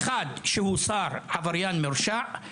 אחד שהוא שר עבריין מורשע,